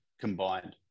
combined